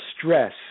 stress